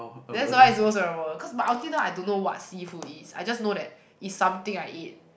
that's why it's the most memorable cause but until now I don't know what seafood it is I just know that it's something I eat